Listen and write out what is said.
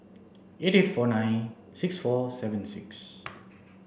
eight four nine six four seven six